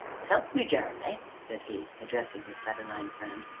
s'elp me, jeremy! said he, addressing his saturnine friend,